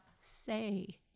say